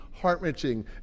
heart-wrenching